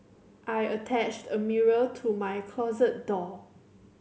I attached a mirror to my closet door